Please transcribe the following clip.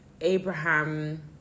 Abraham